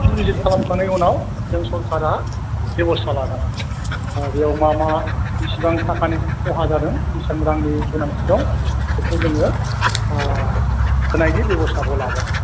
field visit खालामखांनाय उनाव जों सरकारा बेब'स्था लागोन बेयाव मा मा बेसेबां थाकानि खहा जादों बेसेबां रांनि गोनांथि दं बेखौ जोङो होनायनि बेब'स्थाखौ लागोन